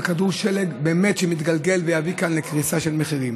ושל כדור שלג שמתגלגל שיביא כאן לקריסה של מחירים.